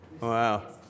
Wow